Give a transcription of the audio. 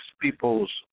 people's